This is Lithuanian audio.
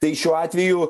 tai šiuo atveju